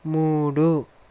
మూడు